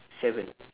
seven